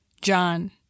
John